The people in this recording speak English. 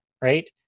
right